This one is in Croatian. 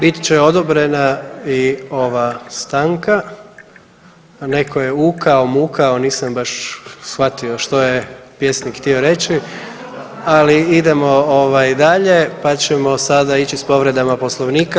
Bit će odobrena i ova stanka, a netko je ukao, mukao, nisam baš shvatio što je pjesnik htjeo reći, ali idemo ovaj dalje, pa ćemo sada ići s povredama Poslovnika.